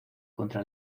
contra